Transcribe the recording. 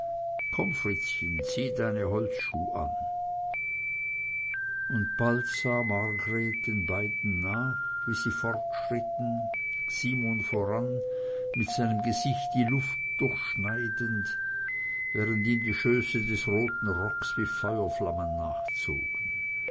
zieh deine holzschuh an und bald sah margreth den beiden nach wie sie fortschritten simon voran mit seinem gesicht die luft durchschneidend während ihm die schöße des roten rocks wie feuerflammen nachzogen